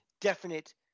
definite